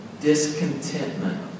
Discontentment